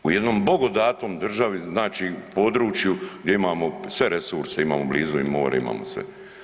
U jednom bogodatom državi, znači području gdje imamo sve resurse, imamo blizu i more, imamo sve.